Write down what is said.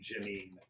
Janine